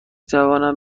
توانم